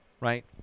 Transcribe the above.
right